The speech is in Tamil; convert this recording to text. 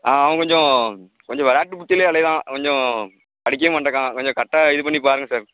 ஆ அவன் கொஞ்சம் கொஞ்சம் விளாட்டு புத்திலேயே அலைகிறான் கொஞ்சம் படிக்கவே மாட்டக்கான் கொஞ்சம் கரெக்டாக இது பண்ணிப் பாருங்கள் சார்